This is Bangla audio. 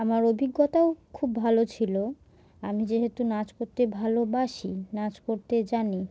আমার অভিজ্ঞতাও খুব ভালো ছিল আমি যেহেতু নাচ করতে ভালোবাসি নাচ করতে জানি